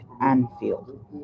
Anfield